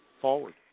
forward